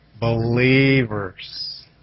Believers